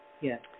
Yes